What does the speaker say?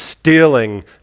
Stealing